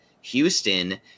Houston